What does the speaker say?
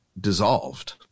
dissolved